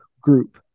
group